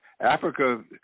Africa